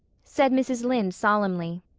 said mrs. lynde solemnly.